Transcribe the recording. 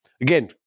Again